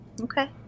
Okay